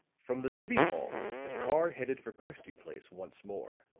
from the city hall the car headed for christie place once more